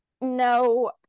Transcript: No